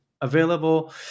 available